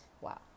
wow